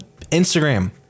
Instagram